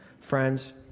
Friends